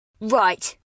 Right